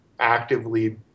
actively